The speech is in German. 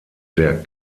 der